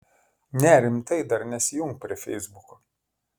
ne rimtai dar nesijunk prie feisbuko